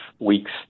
weeks